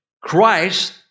Christ